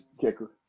Kicker